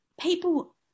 people